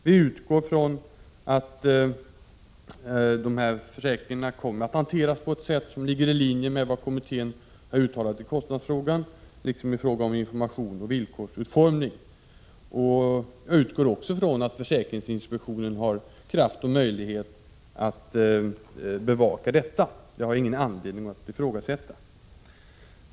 Vi utgår från att försäkringarna kommer att hanteras på ett sätt som ligger i linje med vad kommittén har uttalat i kostnadsfrågan liksom i fråga om information och villkorsutformning. Jag utgår också från att försäkringsinspektionen har kraft och möjlighet att bevaka detta. Det har jag ingen anledning att ifrågasätta.